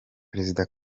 perezida